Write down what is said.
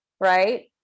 Right